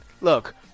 look